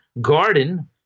garden